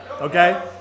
Okay